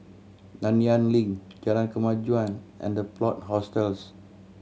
Nanyang Link Jalan Kemajuan and The Plot Hostels